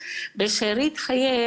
אז מה צריך יותר מזה?